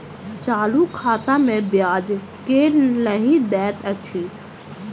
चालू खाता मे ब्याज केल नहि दैत अछि